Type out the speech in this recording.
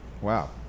Wow